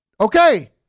okay